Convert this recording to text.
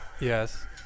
Yes